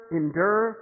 endure